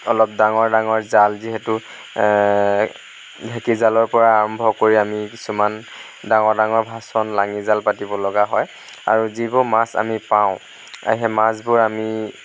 অলপ ডাঙৰ ডাঙৰ জাল যিহেতু ঢেঁকী জালৰ পৰা আৰম্ভ কৰি আমি কিছুমান ডাঙৰ ডাঙৰ ভাচন লাঙী জাল পাতিবলগা হয় আৰু যিবোৰ মাছ আমি পাওঁ সেই মাছবোৰ আমি